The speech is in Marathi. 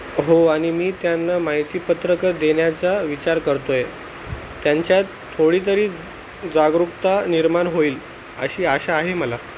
हो आणि मी त्यांना माहितीपत्रकं देण्याचा विचार करतो आहे त्यांच्यात थोडीतरी जागरूकता निर्माण होईल अशी आशा आहे मला